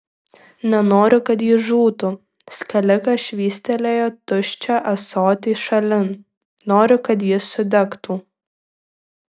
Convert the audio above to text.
nenoriu kad jis žūtų skalikas švystelėjo tuščią ąsotį šalin noriu kad jis sudegtų